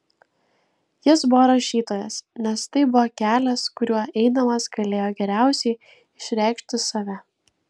jis buvo rašytojas nes tai buvo kelias kuriuo eidamas galėjo geriausiai išreikšti save